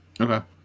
Okay